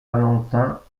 valentin